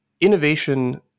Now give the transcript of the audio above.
innovation